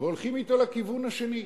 והולכים אותו לכיוון השני?